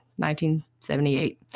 1978